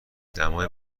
دمای